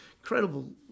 incredible